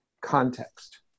context